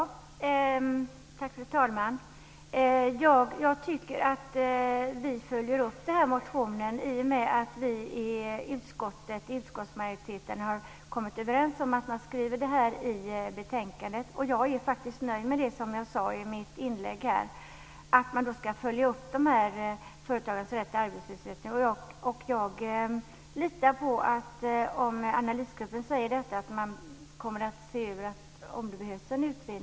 Fru talman! Vi följer upp motionen i och med att utskottsmajoriteten har kommit överens om skrivningen i betänkandet. Jag är faktiskt nöjd med det, som jag sade i mitt inlägg. Man ska följa upp företagares rätt till arbetslöshetsersättning. Analysgruppen säger att man kommer att se över om det behövs en utredning.